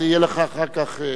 יהיה לך אחר כך,